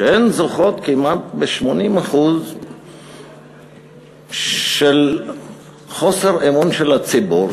שזוכות בכמעט 80% של חוסר אמון של הציבור,